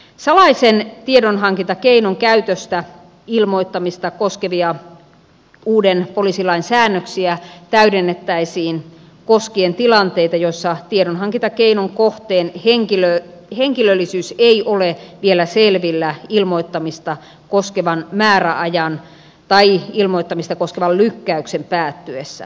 salaisen tiedonhankintakeinon käytöstä ilmoittamista koskevia uuden poliisilain säännöksiä täydennettäisiin koskien tilanteita joissa tiedonhankintakeinon kohteen henkilöllisyys ei ole vielä selvillä ilmoittamista koskevan määräajan tai ilmoittamista koskevan lykkäyksen päättyessä